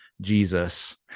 Jesus